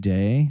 Day